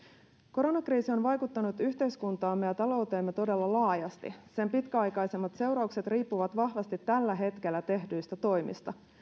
koronakriisi on vaikuttanut yhteiskuntaamme ja talouteemme todella laajasti sen pitkäaikaisemmat seuraukset riippuvat vahvasti tällä hetkellä tehdyistä toimista